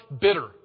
bitter